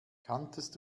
kanntest